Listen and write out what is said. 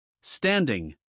Standing